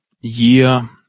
year